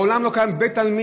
בעולם לא קיים בית-עלמין,